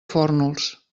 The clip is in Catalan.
fórnols